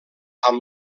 amb